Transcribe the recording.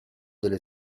delle